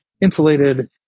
insulated